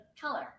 color